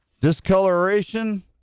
Discoloration